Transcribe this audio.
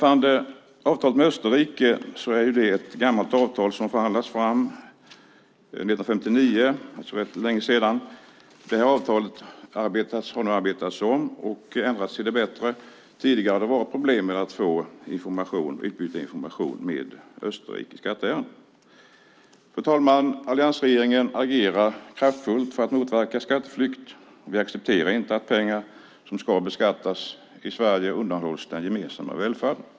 Avtalet med Österrike är ett gammalt avtal som förhandlades fram 1959, alltså rätt länge sedan. Det avtalet har nu arbetats om och ändrats till det bättre. Tidigare har det varit problem med att få utbyta information med Österrike i skatteärenden. Fru talman! Alliansregeringen agerar kraftfullt för att motverka skatteflykt. Vi accepterar inte att pengar som ska beskattas i Sverige undanhålls den gemensamma välfärden.